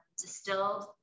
distilled